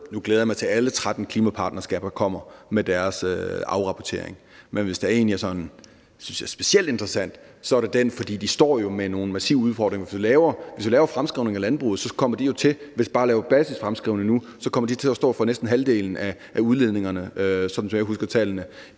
Nu glæder jeg mig til, at alle 13 klimapartnerskaber kommer med deres afrapportering, men hvis der er en, jeg sådan synes er specielt interessant, så er det den, for de står jo med nogle massive udfordringer. For hvis vi laver en fremskrivning af landbruget, hvis vi bare laver en basisfremskrivning nu, så kommer de til at stå for næsten halvdelen af udledningerne, sådan som jeg husker tallene,